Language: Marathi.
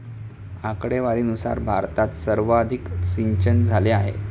आकडेवारीनुसार भारतात सर्वाधिक सिंचनझाले आहे